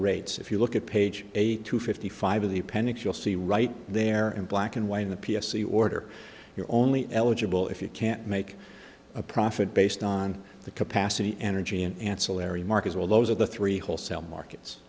rates if you look at page eight to fifty five of the appendix you'll see right there in black and white in the p s c order you're only eligible if you can't make a profit based on the capacity energy and ancillary markets well those are the three wholesale markets